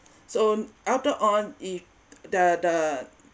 so after on if the the